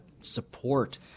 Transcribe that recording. support